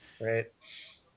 right